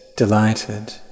delighted